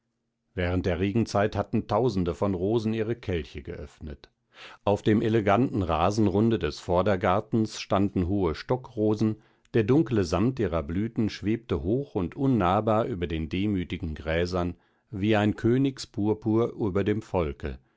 während der regenzeit hatten tausende von rosen ihre kelche geöffnet auf dem eleganten rasenrunde des vordergartens standen hohe stockrosen der dunkle samt ihrer blüten schwebte hoch und unnahbar über den demütigen gräsern wie ein königspurpur über dem volke